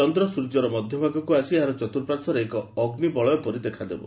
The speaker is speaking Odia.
ଚନ୍ଦ୍ର ସୂର୍ଯ୍ୟର ମଧ୍ୟଭାଗକୁ ଆସି ଏହାର ଚତୁର୍ପାର୍ଶ୍ୱରେ ଏକ ଏକ ଅଗ୍ନିବଳୟ ପରି ଦେଖାଦେବ